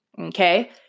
Okay